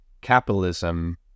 capitalism